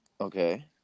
Okay